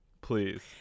Please